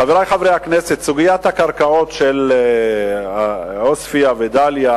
חברי חברי הכנסת, סוגיית הקרקעות של עוספיא ודאליה